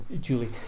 Julie